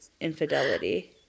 infidelity